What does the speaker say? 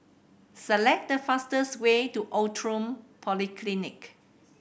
select the fastest way to Outram Polyclinic